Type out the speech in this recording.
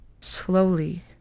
Slowly